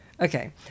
Okay